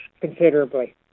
considerably